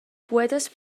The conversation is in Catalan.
poetes